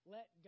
Let